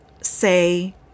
say